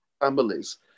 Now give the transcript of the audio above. families